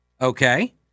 Okay